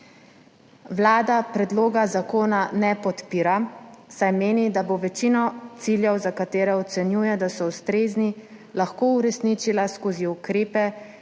Vlada predloga zakona ne podpira, saj meni, da bo večino ciljev, za katere ocenjuje, da so ustrezni, lahko uresničila skozi ukrepe,